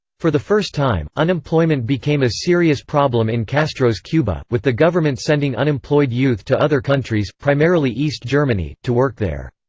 for the first time, unemployment became a serious problem in castro's cuba, with the government sending unemployed youth to other countries, primarily east germany, to work there.